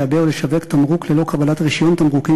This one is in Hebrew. לייבא או לשווק תמרוק ללא קבלת רישיון תמרוקים